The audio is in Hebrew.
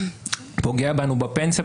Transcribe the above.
זה פוגע בנו בפנסיה.